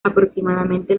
aproximadamente